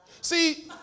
See